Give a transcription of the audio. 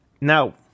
Now